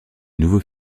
nouveaux